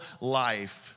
life